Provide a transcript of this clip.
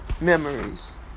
Memories